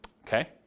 okay